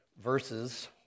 verses